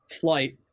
flight